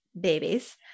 babies